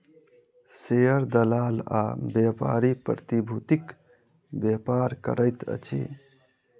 share दलाल आ व्यापारी प्रतिभूतिक व्यापार करैत अछि